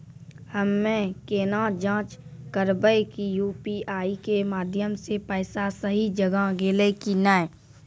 हम्मय केना जाँच करबै की यु.पी.आई के माध्यम से पैसा सही जगह गेलै की नैय?